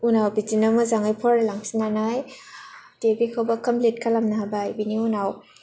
उनाव बिदिनो मोजाङै फरायलांफिननानै डिग्रिखौबो कमप्लिट खालामनो हाबाय बिनि उनाव